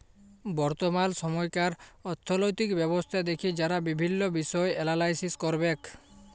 বর্তমাল সময়কার অথ্থলৈতিক ব্যবস্থা দ্যাখে যারা বিভিল্ল্য বিষয় এলালাইস ক্যরবেক